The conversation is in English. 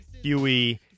Huey